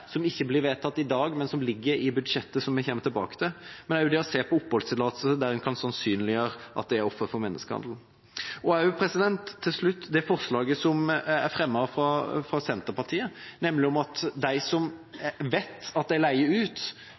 som ikke blir vedtatt i dag, men som ligger i budsjettet, som jeg kommer tilbake til – og det å se på oppholdstillatelse der en kan sannsynliggjøre at det er ofre for menneskehandel. Og til slutt: Når det gjelder forslaget som er fremmet av Senterpartiet, om at de som vet at de leier ut